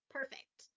Perfect